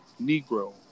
Negro